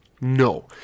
no